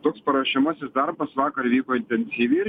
toks paruošiamasis darbas vakar vyko intensyviai ir